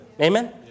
Amen